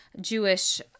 Jewish